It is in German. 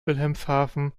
wilhelmshaven